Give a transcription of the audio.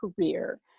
career